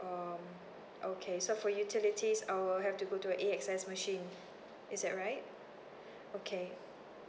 um okay so for utilities I'll have to go to a A_X_S machine is that right okay